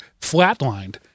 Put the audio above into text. flatlined